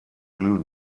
glühen